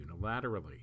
unilaterally